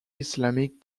islamic